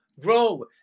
grow